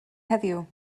heddiw